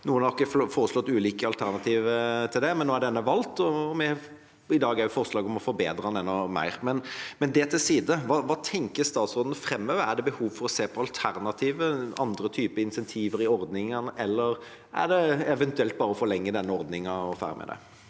oss har foreslått ulike alternativer til den, men nå er denne valgt, og vi har i dag også forslag om å forbedre den enda mer. Men det til side: Hva tenker statsråden framover? Er det behov for å se på alternativer og andre typer insentiver i ordningen, eller er det eventuelt bare å forlenge denne ordningen, og ferdig med det?